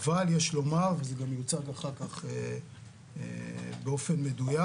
אבל יש לומר זה גם יוצג אחר כך באופן מדויק